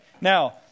Now